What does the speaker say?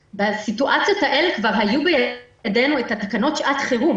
בסיטואציות האלה כבר היו בידינו תקנות שעת החירום